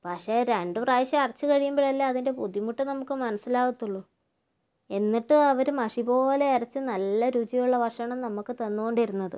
പക്ഷെ രണ്ട് പ്രാവശ്യം അരച്ച് കഴിയുമ്പോഴല്ലേ അതിൻ്റെ ബുദ്ധിമുട്ട് നമുക്ക് മനസിലാവത്തുള്ളു എന്നിട്ടും അവർ മഷിപോലെ അരച്ച് നല്ല രുചിയുള്ള ഭക്ഷണം നമുക്ക് തന്നുകൊണ്ടിരുന്നത്